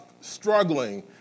struggling